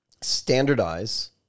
standardize